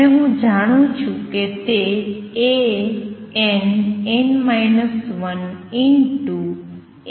અને આ હું જાણું છું કે તે છે